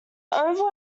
oval